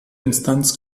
instanz